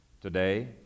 Today